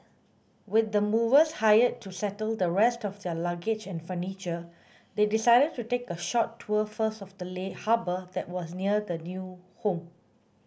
with the movers hired to settle the rest of their luggage and furniture they decided to take a short tour first of the lay harbour that was near their new home